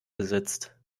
besitzt